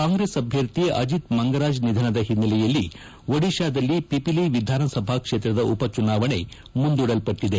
ಕಾಂಗ್ರೆಸ್ ಅಭ್ಯರ್ಥಿ ಅಜಿತ್ ಮಂಗರಾಜ್ ನಿಧನದ ಹಿನ್ನೆಲೆಯಲ್ಲಿ ಒಡಿಶಾದಲ್ಲಿ ಪಿಪಿಲಿ ವಿಧಾನಸಭಾ ಕ್ಷೇತ್ರದ ಉಪಚುನಾವಣೆ ಮುಂದೂಡ್ವಟ್ಟಿದೆ